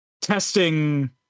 testing